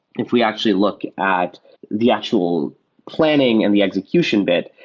if we actually look at the actual planning and the execution bit,